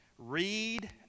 read